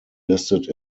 listed